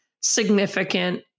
significant